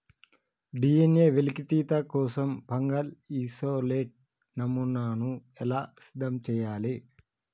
DNA వెలికితీత కోసం fungal isolate నమూనాను ఎలా సిద్ధం చెయ్యాలి?